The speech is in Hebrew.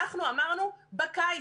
אנחנו אמרנו בקיץ,